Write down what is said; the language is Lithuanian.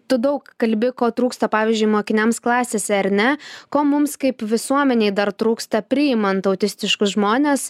tu daug kalbi ko trūksta pavyzdžiui mokiniams klasėse ar ne ko mums kaip visuomenei dar trūksta priimant autistiškus žmones